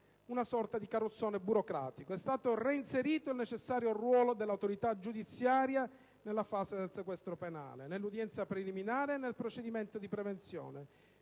una sorta di carrozzone burocratico. È stato reinserito il necessario ruolo dell'autorità giudiziaria nella fase del sequestro penale, nell'udienza preliminare e nel procedimento di prevenzione